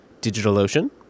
DigitalOcean